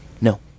No